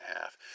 half